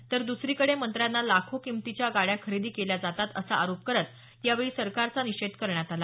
तर दुसरीकडे मंत्र्यांना लाखो किमतीच्या गाड्या खरेदी केल्या जातात असा आरोप करत यावेळी सरकारचा निषेध करण्यात आला